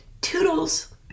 Toodles